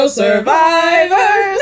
survivors